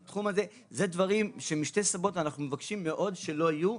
זה דברים שמשתי סיבות אנחנו מבקשים מאוד שלא יהיו,